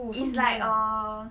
it's like a